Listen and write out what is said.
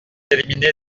éliminé